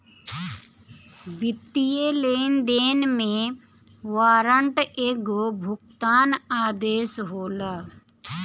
वित्तीय लेनदेन में वारंट एगो भुगतान आदेश होला